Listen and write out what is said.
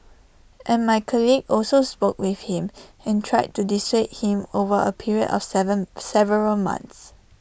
and my colleagues also spoke with him and tried to dissuade him over A period of Seven several months